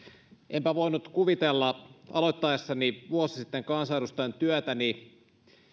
enpä voinut kuvitella aloittaessani vuosi sitten kansanedustajan työtäni